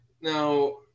Now